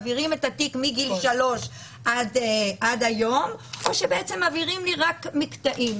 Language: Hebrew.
מעבירים את התיק מגיל 3 עד היום או שבעצם מעבירים לי רק מקטעים.